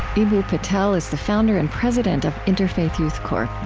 eboo patel is the founder and president of interfaith youth core.